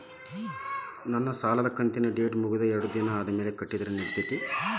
ನನ್ನ ಸಾಲದು ಕಂತಿನ ಡೇಟ್ ಮುಗಿದ ಎರಡು ದಿನ ಆದ್ಮೇಲೆ ಕಟ್ಟಿದರ ನಡಿತೈತಿ?